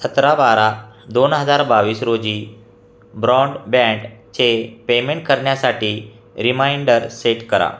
सतरा बारा दोन हजार बावीस रोजी ब्रॉडबँड चे पेमेंट करण्यासाठी रिमाइंडर सेट करा